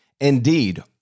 Indeed